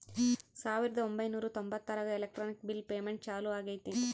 ಸಾವಿರದ ಒಂಬೈನೂರ ತೊಂಬತ್ತರಾಗ ಎಲೆಕ್ಟ್ರಾನಿಕ್ ಬಿಲ್ ಪೇಮೆಂಟ್ ಚಾಲೂ ಆಗೈತೆ